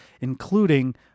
including